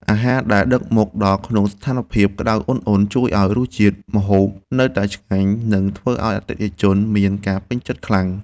អាហារដែលដឹកមកដល់ក្នុងស្ថានភាពក្ដៅអ៊ុនៗជួយឱ្យរសជាតិម្ហូបនៅតែឆ្ងាញ់ និងធ្វើឱ្យអតិថិជនមានការពេញចិត្តខ្លាំង។